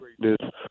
greatness